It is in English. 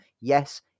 Yes